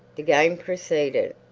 the game proceeded.